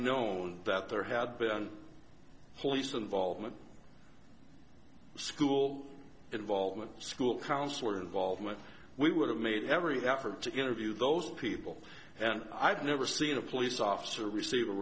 known that there had been police involvement school involvement school counselor involvement we would have made every effort to interview those people and i've never seen a police officer receive a